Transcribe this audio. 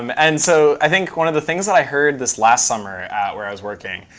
um and so i think one of the things that i heard this last summer where i was working,